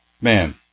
Man